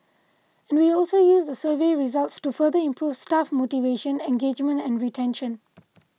and we also use the survey results to further improve staff motivation engagement and retention